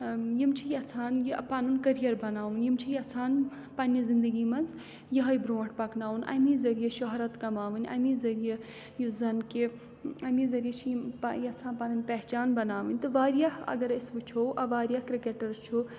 یِم چھِ یَژھان یہِ پَنُن کٔریر بَناوُن یِم چھِ یَژھان پنٛنہِ زندگی منٛز یِہے برونٛٹھ پَکناوُن اَمے ذٔریعہِ شہرت کَماوٕنۍ اَمے ذٔریعہِ یُس زَن کہِ اَمے ذٔریعہِ چھِ یِم یَژھان پَنٕنۍ پہچان بَناوٕنۍ تہٕ واریاہ اگر أسۍ وٕچھو واریاہ کِرکٹر چھُ